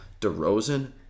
DeRozan